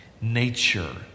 nature